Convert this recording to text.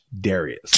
Darius